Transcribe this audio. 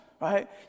right